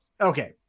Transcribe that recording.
Okay